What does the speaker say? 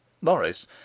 Morris